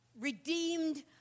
redeemed